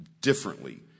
differently